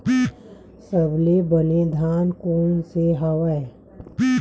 सबले बने धान कोन से हवय?